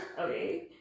okay